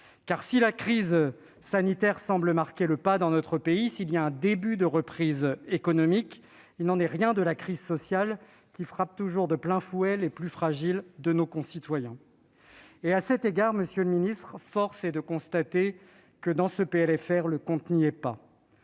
si la crise sanitaire semble marquer le pas dans notre pays et s'il y a un début de reprise économique, la crise sociale, elle, frappe toujours de plein fouet les plus fragiles de nos concitoyens. À cet égard, monsieur le ministre, force est de constater que le compte n'y est pas.